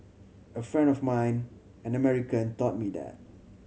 a friend of mine an American taught me that